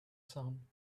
sun